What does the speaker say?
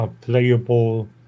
Playable